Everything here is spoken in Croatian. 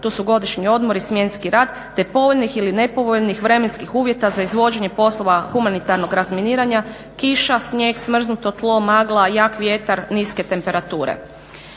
to su godišnji odmori, smjenski rad te povoljnih ili nepovoljnih vremenskih uvjeta za izvođenje poslova humanitarnog razminiranja, kiša, snijeg, smrznuto tlo, magla, jak vjetar, niske temperature.